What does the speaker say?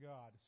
God